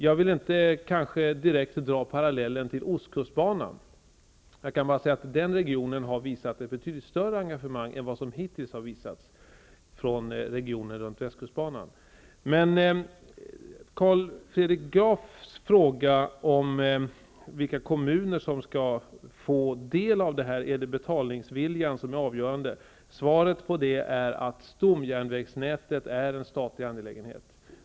Jag vill kanske inte direkt dra parallellen till ostkustbanan, men den regionen har visat ett betydligt större engagemang än vad som hittills har visats från regionen runt västkustbanan. Carl Fredrik Graf frågade vilka kommuner som skall få del av utbyggnaden och om det var betalningsviljan som var avgörande. Svaret på detta är att stomjärnvägsnätet är en statlig angelägenhet.